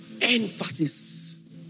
Emphasis